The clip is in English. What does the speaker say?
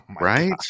Right